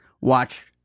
Watch